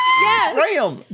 Yes